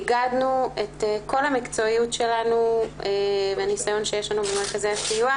איגדנו את כל המקצועיות שלנו מהנסיון שיש לנו במרכזי הסיוע,